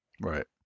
Right